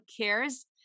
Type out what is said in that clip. cares